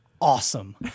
awesome